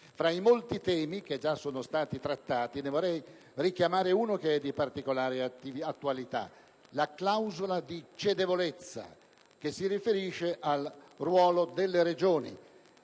Fra i molti temi che già sono stati trattati, ne vorrei richiamare uno di particolare attualità: la clausola di cedevolezza, che si riferisce al ruolo delle Regioni.